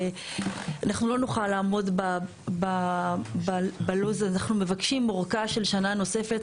אנחנו לא נוכל לעמוד בלו"ז אז אנחנו מבקשים אורכה של שנה נוספת.